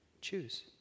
choose